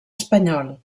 espanyol